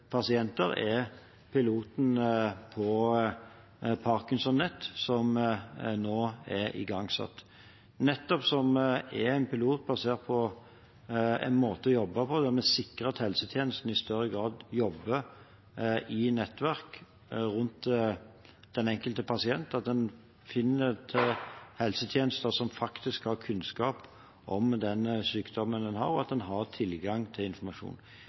pasienter, er piloten på ParkinsonNet, som nå er igangsatt, som nettopp er en pilot basert på en måte å jobbe på der vi sikrer at helsetjenesten i større grad jobber i nettverk rundt den enkelte pasient, at en finner helsetjenester som faktisk har kunnskap om den sykdommen en har, og at en har tilgang til informasjon.